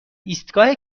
ایستگاه